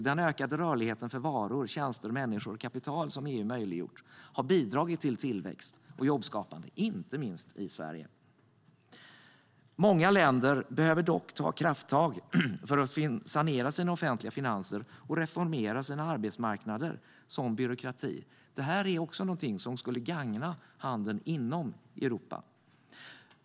Den ökade rörligheten för varor, tjänster, människor och kapital som EU möjliggjort har bidragit till tillväxt och jobbskapande inte minst i Sverige. Många länder behöver dock ta krafttag för att sanera sina offentliga finanser och reformera såväl sina arbetsmarknader som sin byråkrati. Det är också någonting som skulle gagna handeln inom Europa.